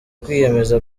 kwiyemeza